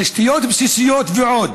תשתיות בסיסיות ועוד.